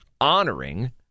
honoring